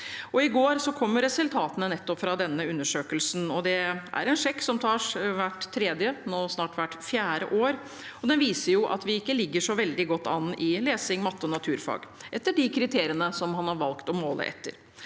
I går kom resultatene fra nettopp den undersøkelsen. Det er en sjekk som tas hvert tredje år, snart hvert fjerde år, og den viser at vi ikke ligger så veldig godt an i lesing, matte og naturfag, etter de kriteriene man har valgt å måle etter.